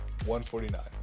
149